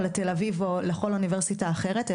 לתל אביב או לכל אוניברסיטה אחרת,